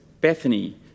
Bethany